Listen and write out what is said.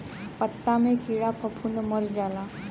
पत्ता मे कीड़ा फफूंद मर जाला